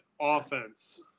offense